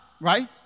right